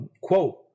quote